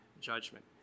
judgment